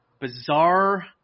bizarre